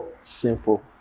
Simple